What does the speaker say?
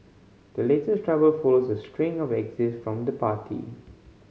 the latest trouble follows a string of exits from the party